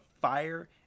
fire